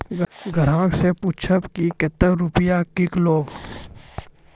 ग्राहक से पूछब की कतो रुपिया किकलेब?